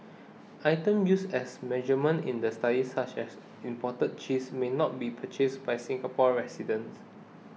items used as a measurement in the study such as imported cheese may also not be purchased by Singapore residents